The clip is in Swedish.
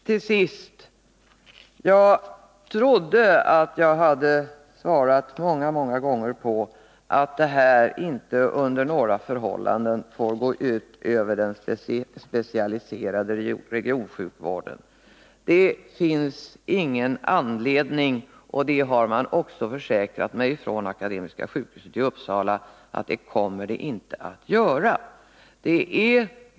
Till sist: Jag trodde att jag hade svarat många, många gånger att det här beslutet inte under några förhållanden får gå ut över den specialiserade regionsjukvården — det finns ingen anledning till det. Från Akademiska sjukhuset i Uppsala har man också försäkrat att det inte kommer att göra det.